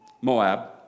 Moab